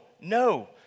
no